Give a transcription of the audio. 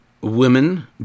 women